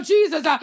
Jesus